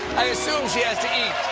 i assume she has to eat.